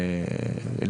יחסית,